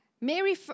Mary